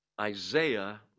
Isaiah